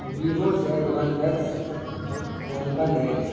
view Z one X phone کا name ہے